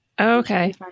okay